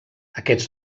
aquests